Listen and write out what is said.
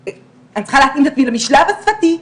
אני צריכה להתאים את עצמי למשלב השפתי,